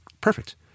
perfect